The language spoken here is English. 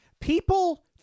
People